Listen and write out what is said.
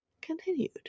continued